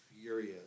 furious